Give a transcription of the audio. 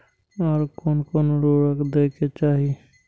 आर कोन कोन उर्वरक दै के चाही?